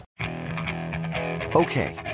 okay